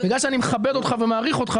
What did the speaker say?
בגלל שאני מכבד אותך ומעריך אותך,